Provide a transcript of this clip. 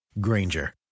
Granger